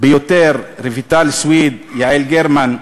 ביותר רויטל סויד, יעל גרמן,